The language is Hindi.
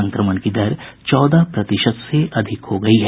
संक्रमण की दर चौदह प्रतिशत से अधिक हो गयी है